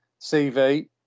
CV